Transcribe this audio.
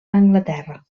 anglaterra